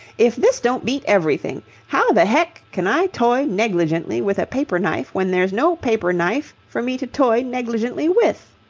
if this don't beat everything! how the heck can i toy negligently with a paper-knife when there's no paper-knife for me to toy negligently with?